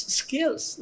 skills